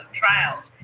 trials